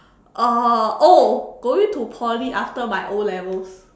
uh oh going to Poly after my O-levels